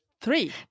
three